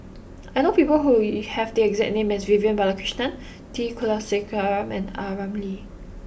I know people who have the exact name as Vivian Balakrishnan T Kulasekaram and A Ramli